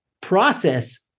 process